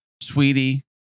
sweetie